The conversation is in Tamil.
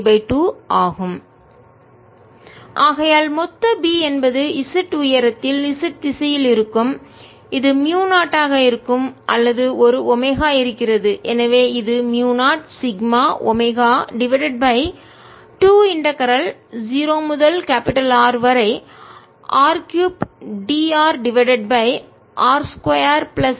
r2r2z232 Bzz0σω20Rr3drr2z232 ஆகையால் மொத்த B என்பது z உயரத்தில் z திசையில் இருக்கும் இது மூயு 0 ஆக இருக்கும் அல்லது ஒரு ஒமேகா இருக்கிறது எனவே இது mu 0 sigma omega divided by 2 integral ஒருங்கிணைப்பின் 0 முதல் R வரை r 3dr divided by r 2 plus z 2 32